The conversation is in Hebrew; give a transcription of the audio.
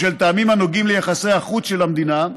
בשל טעמים הנוגעים ליחסי החוץ של המדינה,